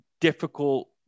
difficult